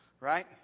right